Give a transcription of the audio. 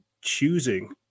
choosing